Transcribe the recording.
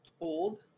Old